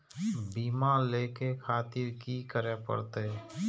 बीमा लेके खातिर की करें परतें?